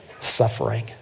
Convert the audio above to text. suffering